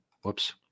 whoops